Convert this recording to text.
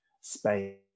space